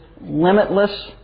limitless